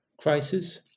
crisis